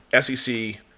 SEC